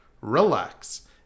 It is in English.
relax